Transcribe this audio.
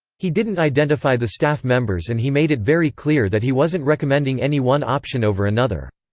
he didn't identify the staff members and he made it very clear that he wasn't recommending any one option over another.